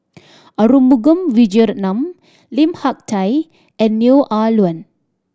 Arumugam Vijiaratnam Lim Hak Tai and Neo Ah Luan